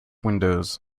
windows